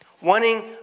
wanting